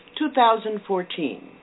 2014